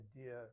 idea